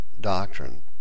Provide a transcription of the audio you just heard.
doctrine